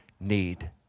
need